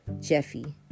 Jeffy